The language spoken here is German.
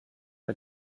mit